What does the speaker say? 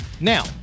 Now